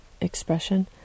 expression